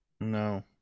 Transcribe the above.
No